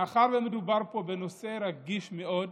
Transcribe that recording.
מאחר שמדובר פה בנושא רגיש מאוד,